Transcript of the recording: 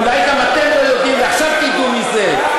אולי גם אתם לא יודעים, ועכשיו תדעו מזה.